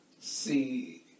see